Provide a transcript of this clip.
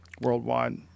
worldwide